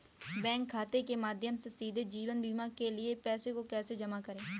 Bank खाते के माध्यम से सीधे जीवन बीमा के लिए पैसे को कैसे जमा करें?